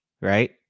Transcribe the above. right